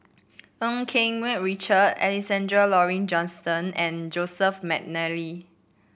Ng Keng Mun Richard Alexander Laurie Johnston and Joseph McNally